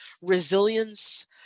resilience